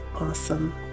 Awesome